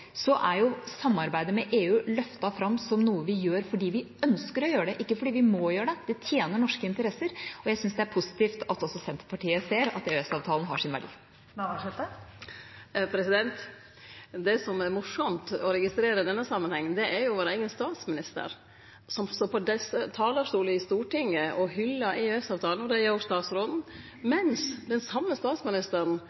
er samarbeidet med EU løftet fram som noe vi gjør fordi vi ønsker å gjøre det, ikke fordi vi må gjøre det. Det tjener norske interesser, og jeg synes det er positivt at også Senterpartiet ser at EØS-avtalen har sin verdi. Liv Signe Navarsete – til oppfølgingsspørsmål. Det som er morosamt å registrere i denne samanhengen, er at vår eigen statsminister står på talarstolen i Stortinget og hyllar EØS-avtalen. Det